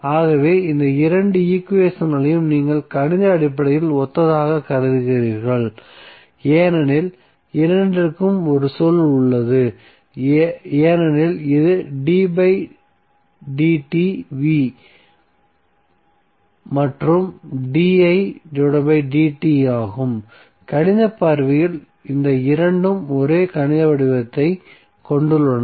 ஆகவே இந்த இரண்டு ஈக்குவேஷன்களையும் நீங்கள் கணித அடிப்படையில் ஒத்ததாகக் கருதுகிறீர்கள் ஏனெனில் இரண்டிற்கும் ஒரு சொல் உள்ளது ஏனெனில் இது ddt மற்றும் ddt ஆகும் கணித பார்வையில் இந்த இரண்டும் ஒரே கணித வடிவத்தைக் கொண்டுள்ளன